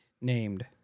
named